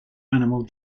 animal